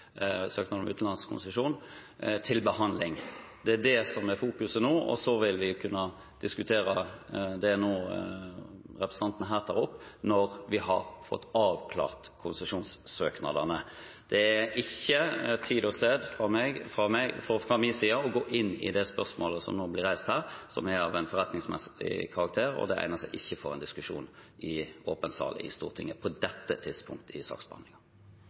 om utenlandskonsesjon – til behandling. Det er det som er fokuset nå, og så vil vi kunne diskutere det representanten her tar opp, når vi har fått avklart konsesjonssøknadene. Dette er fra min side ikke tid og sted til å gå inn i det spørsmålet som nå ble reist her, og som er av forretningsmessig karakter. Det egner seg ikke for en diskusjon i åpen sal i Stortinget på dette tidspunktet i